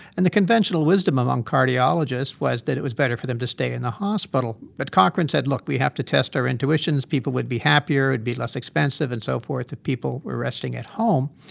and the conventional wisdom among cardiologists was that it was better for them to stay in the hospital but cochrane said, look, we have to test our intuitions. people would be happier. it'd be less expensive and so forth if people were resting at home.